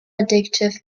addictive